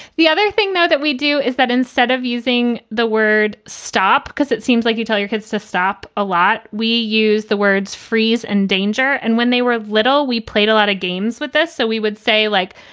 the other thing, though, that we do is that instead of using the word stop, because it seems like you tell your kids to stop a lot, we use the words freeze and danger. and when they were little, we played a lot of games with us. so we would say, like,